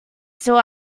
still